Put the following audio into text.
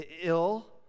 ill